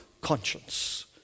conscience